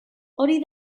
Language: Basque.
hori